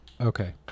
Okay